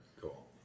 cool